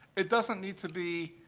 it doesn't need to be,